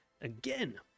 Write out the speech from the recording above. again